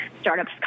startups